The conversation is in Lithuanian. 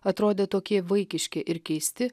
atrodė tokie vaikiški ir keisti